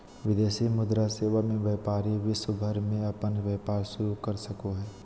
विदेशी मुद्रा सेवा मे व्यपारी विश्व भर मे अपन व्यपार शुरू कर सको हय